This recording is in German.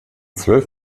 zwölf